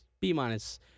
B-minus